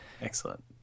Excellent